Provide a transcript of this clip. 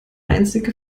einzige